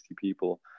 people